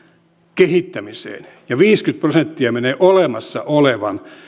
kehittämiseen ja viisikymmentä prosenttia menee olemassa olevan